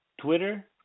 Twitter